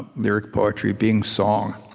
but lyric poetry being song,